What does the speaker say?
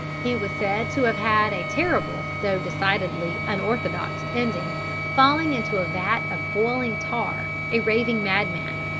he was said to have had a terrible though decidedly unorthodox ending falling into a vat of boiling tar, a raving madman.